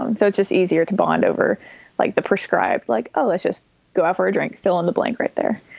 and so it's just easier to bond over like the prescribed, like, ah let's just go ah for a drink, fill in the blank right there.